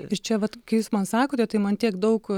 ir čia vat kai jūs man sakote tai man tiek daug